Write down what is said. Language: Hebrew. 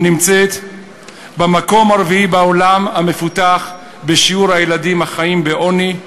נמצאת במקום הרביעי בעולם המפותח בשיעור הילדים החיים בעוני,